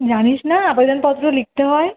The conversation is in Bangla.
জানিস না আবেদনপত্র লিখতে হয়